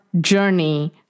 journey